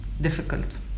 difficult